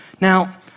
Now